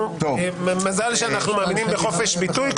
מזל שאנחנו מאמינים בחופש ביטוי,